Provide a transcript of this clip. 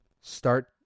start